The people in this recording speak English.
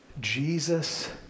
Jesus